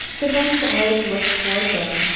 the men's eyes looked toward them,